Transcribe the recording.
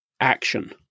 action